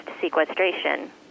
sequestration